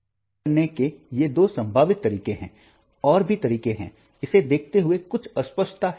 इसे करने के ये दो संभावित तरीके हैं और भी तरीके हैं इसे देखते हुए कुछ अस्पष्टता है